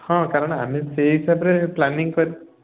ହଁ କାରଣ ଆମେ ସେଇ ହିସାବରେ ପ୍ଳାନିଙ୍ଗ କରିବା